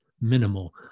minimal